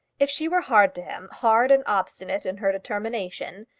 if she were hard to him, hard and obstinate in her determination,